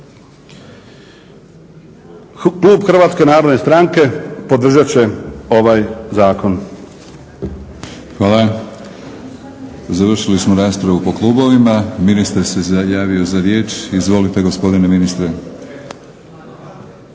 će ovaj zakon. **Batinić, Milorad (HNS)** Hvala. Završili smo raspravu po klubovima. Ministar se javio za riječ. Izvolite gospodine ministre.